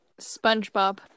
SpongeBob